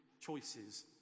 choices